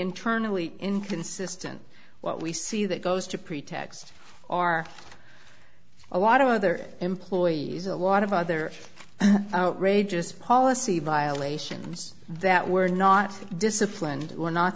internally inconsistent what we see that goes to pretext are a lot of other employees a lot of other outrageous policy violations that were not disciplined were not